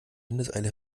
windeseile